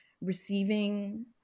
receiving